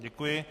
Děkuji.